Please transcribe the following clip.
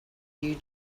you